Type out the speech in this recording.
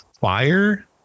fire